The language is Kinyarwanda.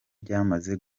ryamaze